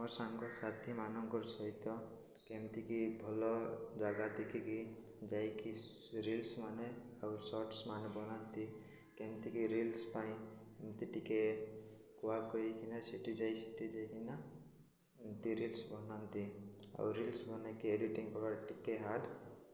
ମୋ ସାଙ୍ଗସାଥି ମାନଙ୍କର ସହିତ ଏମିତିକି ଭଲ ଜାଗା ଦେଖିକି ଯାଇକି ରିଲ୍ସ ମାନ ଆଉ ସର୍ଟସ ମାନେ ବନାନ୍ତି କେମିତିକି ରିଲ୍ସ ପାଇଁ ଏମିତି ଟିକେ କୁଆ କହିକିନା ସେଠି ଯାଇ ସେଠି ଯାଇକିନା ଏମିତି ରିଲ୍ସ ବନାନ୍ତି ଆଉ ରିଲ୍ସ ବନାଇକି ଏଡ଼ିଟିଙ୍ଗ କର ଟିକେ ହାର୍ଡ଼